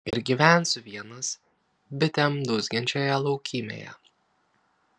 ir gyvensiu vienas bitėm dūzgiančioje laukymėje